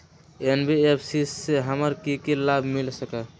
NBFC से हमार की की लाभ मिल सक?